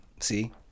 See